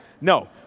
No